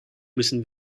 müssen